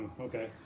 Okay